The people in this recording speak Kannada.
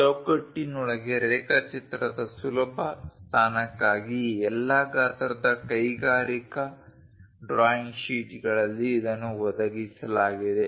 ಚೌಕಟ್ಟಿನೊಳಗೆ ರೇಖಾಚಿತ್ರದ ಸುಲಭ ಸ್ಥಾನಕ್ಕಾಗಿ ಎಲ್ಲಾ ಗಾತ್ರದ ಕೈಗಾರಿಕಾ ಡ್ರಾಯಿಂಗ್ ಶೀಟ್ಗಳಲ್ಲಿ ಇದನ್ನು ಒದಗಿಸಲಾಗಿದೆ